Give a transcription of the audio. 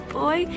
boy